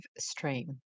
stream